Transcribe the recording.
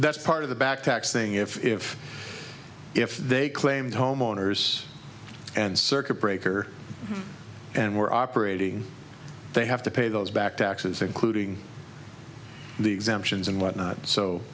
that's part of the back tax thing if if they claimed homeowners and circuit breaker and were operating they have to pay those back taxes including the exemptions and whatnot so